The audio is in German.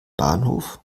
bahnhof